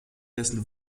dessen